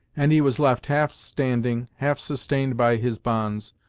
and he was left half-standing, half-sustained by his bonds,